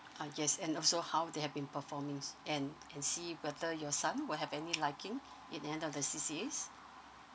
ah yes and also how they have been performing and and see whether your son will have any liking in the end of the C_C_As